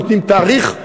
נותנים תאריך,